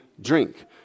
drink